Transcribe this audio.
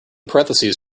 parentheses